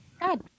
god